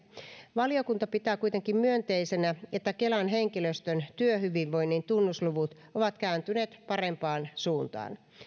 valiokunta pitää kuitenkin myönteisenä että kelan henkilöstön työhyvinvoinnin tunnusluvut ovat kääntyneet parempaan suuntaan